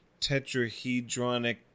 tetrahedronic